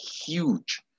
huge